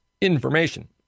information